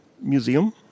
museum